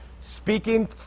speaking